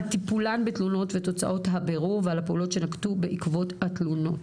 על טיפולם בתלונות ותוצאות הבירור ועל הפעולות שנקטו בעקבות התלונות".